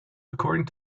according